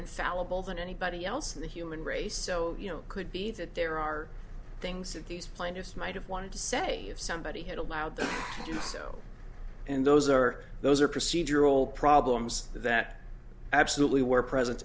infallible than anybody else in the human race so you know could be that there are things that these plaintiffs might have wanted to say if somebody had allowed to do so and those are those are procedural problems that absolutely were presen